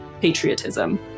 patriotism